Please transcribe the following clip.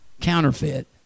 Counterfeit